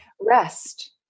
rest